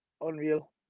unreal